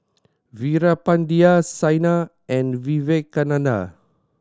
Veerapandiya Saina and Vivekananda